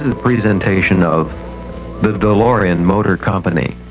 and presentation of the delorean motor company.